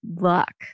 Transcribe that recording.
luck